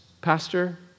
Pastor